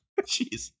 Jeez